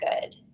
good